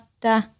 da